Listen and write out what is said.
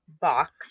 box